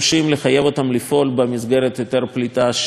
לפעול במסגרת היתר הפליטה שניתן להם.